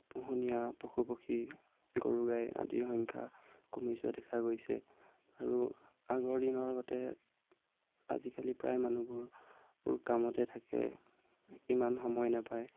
পোহনীয়া পশু পক্ষী গৰু গাই আদিৰ সংখ্যা কমি যোৱা দেখা গৈছে আৰু আগৰ দিনৰগতে আজিকালি প্ৰায় মানুহবোৰ কামতে থাকে ইমান সময় নাপায়